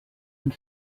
and